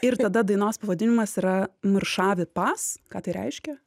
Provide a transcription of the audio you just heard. ir tada dainos pavadinimas yra mršavi pas ką tai reiškia